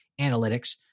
analytics